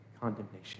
condemnation